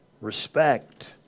respect